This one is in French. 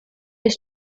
les